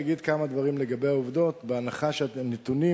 להגיד כמה מלים לגבי העובדות בהנחה שהנתונים